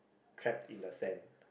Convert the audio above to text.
trapped in the sand